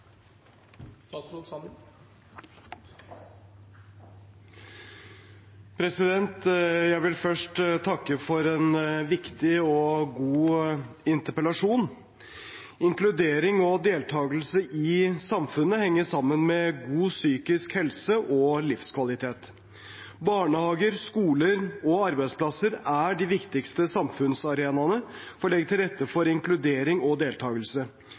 Jeg vil først takke for en viktig og god interpellasjon. Inkludering og deltakelse i samfunnet henger sammen med god psykisk helse og livskvalitet. Barnehager, skoler og arbeidsplasser er de viktigste samfunnsarenaene for å legge til rette for inkludering og deltakelse.